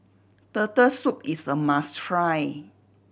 Turtle Soup is a must try